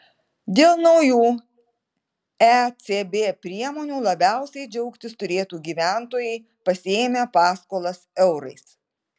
dėl naujų ecb priemonių labiausiai džiaugtis turėtų gyventojai pasiėmę paskolas eurais